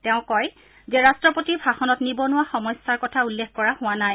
তেওঁ কয় যে ৰাট্টপতিৰ ভাষণত নিবনুৱা সমস্যাৰ কথা উল্লেখ কৰা হোৱা নাই